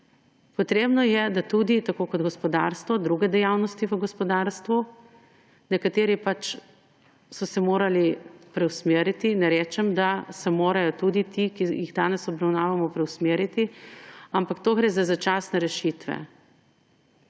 Potrebno je, da tudi tako kot gospodarstvo, druge dejavnosti v gospodarstvu, nekateri pač so se morali preusmeriti, ne rečem, da se morajo tudi ti, ki jih danes obravnavamo, preusmeriti, ampak tu gre za začasne rešitve.